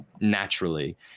naturally